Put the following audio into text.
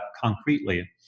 concretely